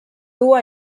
dur